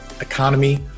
economy